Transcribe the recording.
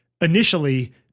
initially